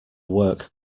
work